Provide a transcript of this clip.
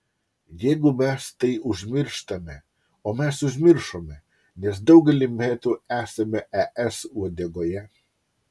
jeigu mes tai užmirštame o mes užmiršome nes daugelį metų esame es uodegoje